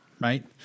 Right